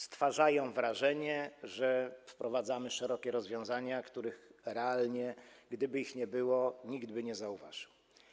Stwarzają wrażenie, że wprowadzamy szerokie rozwiązania, których realnie, gdyby ich nie było, nikt by nie zauważył.